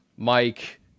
mike